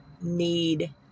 need